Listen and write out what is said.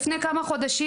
לפני כמה חודשים,